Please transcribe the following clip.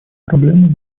проблему